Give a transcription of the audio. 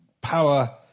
power